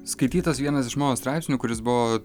skaitytas vienas iš mano straipsnių kuris buvo